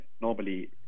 normally